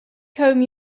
comb